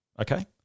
okay